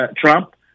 Trump